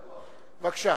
בבקשה.